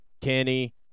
Kenny